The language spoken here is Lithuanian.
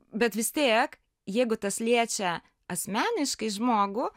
bet vis tiek jeigu tas liečia asmeniškai žmogų